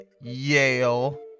Yale